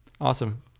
awesome